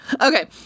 Okay